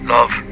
Love